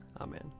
Amen